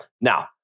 Now